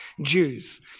Jews